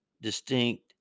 distinct